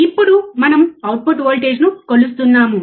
ఇప్పుడు మనం అవుట్పుట్ వోల్టేజ్ను కొలుస్తున్నాము